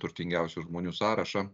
turtingiausių žmonių sąrašą